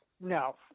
No